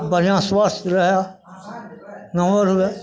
बढ़िआँ स्वस्थ रहए नमहर होए